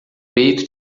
peito